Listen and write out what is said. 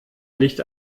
nicht